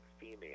female